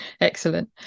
Excellent